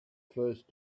first